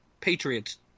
Patriots